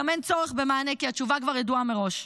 גם אין צורך במענה, כי התשובה כבר ידועה מראש.